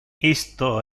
isto